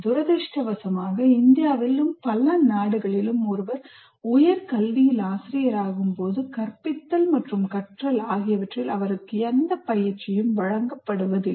துரதிர்ஷ்டவசமாக இந்தியாவிலும் பல நாடுகளிலும் ஒருவர் உயர் கல்வியில் ஆசிரியராகும்போது கற்பித்தல் மற்றும் கற்றல் ஆகியவற்றில் அவருக்கு எந்தப் பயிற்சியும் வழங்கப்படுவதில்லை